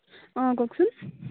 অঁ কওকচোন